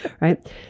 Right